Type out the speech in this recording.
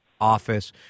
Office